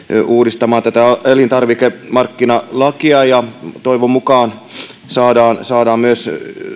uudistamaan tätä elintarvikemarkkinalakia ja toivon mukaan saadaan tänne myös